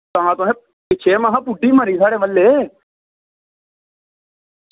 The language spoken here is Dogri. तां तुसें ई पुच्छेआ महां बुड्ढी मरी साढ़े म्हल्ले